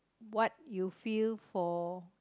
what you feel for